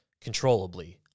controllably